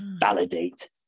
validate